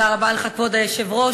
כבוד היושב-ראש,